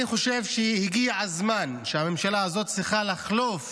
אני חושב שהגיע הזמן שהממשלה הזאת תחלוף